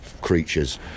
creatures